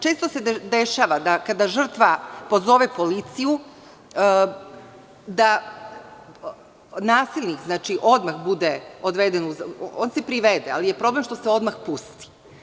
Često se dešava da kada žrtva pozove policiju da nasilnik odmah bude priveden, ali je problem što se odmah pusti.